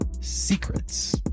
secrets